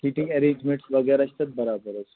heating arrangements وغیرہ چھِ تَتھ برابر حظ